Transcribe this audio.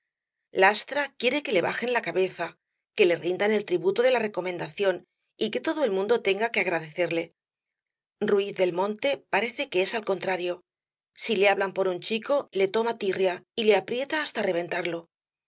lastra quiere que le bajen la cabeza que le rindan el tributo de la recomendación y que todo el mundo tenga que agradecerle ruiz del monte parece que es al contrario si le hablan por un chico le toma tirria y le aprieta hasta reventarlo